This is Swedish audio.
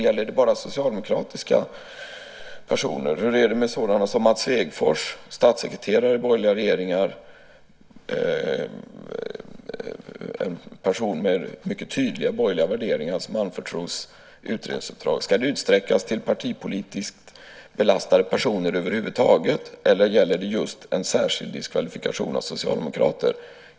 Gäller det här bara socialdemokratiska personer? Hur är det med sådana som Mats Svegfors, statssekreterare i borgerliga regeringar? Det är en person med mycket tydliga borgerliga värderingar som har anförtrotts utredningsuppdrag. Ska det över huvud taget utsträckas till partipolitiskt belastade personer eller gäller det just en särskild diskvalifikation av socialdemokrater?